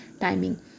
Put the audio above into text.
timing